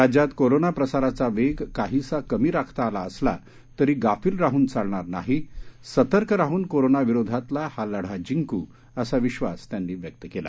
राज्यात कोरोना प्रसाराचा वेग काहीसा कमी राखता आला असला तरी गाफील राहून चालणार नाही सतर्क राहून कोरोनाविरोधातला हा लढा जिंकू असा विश्वास त्यांनी व्यक्त केला